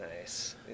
Nice